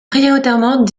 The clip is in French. prioritairement